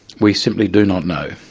we simply do not know.